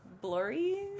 blurry